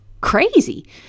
crazy